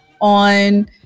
on